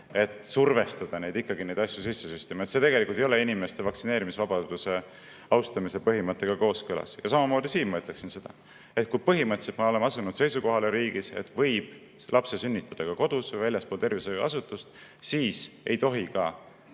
et survestada neid ikkagi neid asju sisse süstima. See tegelikult ei ole inimeste vaktsineerimisvabaduse austamise põhimõttega kooskõlas. Samamoodi siin, ma ütleksin seda. Kui me põhimõtteliselt oleme riigis asunud seisukohale, et lapse võib sünnitada ka kodus või väljaspool tervishoiuasutust, siis ei tohi ka